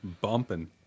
bumping